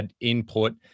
input